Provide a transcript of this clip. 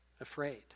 afraid